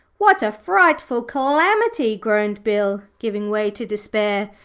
what a frightful calamity groaned bill giving way to despair.